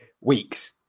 weeks